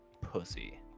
pussy